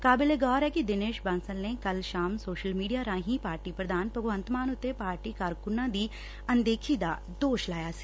ਕਾਬਿਲੇ ਗੌਰ ਐ ਦਿਨੇਸ਼ ਬਾਂਸਲ ਨੇ ਕੱਲੂ ਸ਼ਾਮ ਸੋਸ਼ਲ ਮੀਡੀਆ ਰਾਹੀਂ ਪਾਰਟੀ ਪ੍ਰਧਾਨ ਭਗਵੰਤ ਮਾਨ ਤੇ ਪਾਰਟੀ ਕਾਰਕੁੰਨਾ ਦੀ ਅਨਦੇਖੀ ਦਾ ਦੋਸ਼ ਲਾਇਆ ਸੀ